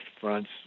fronts